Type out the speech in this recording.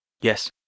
Yes